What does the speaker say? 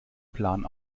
plan